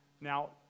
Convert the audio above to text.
now